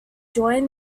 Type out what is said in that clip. joined